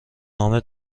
نامه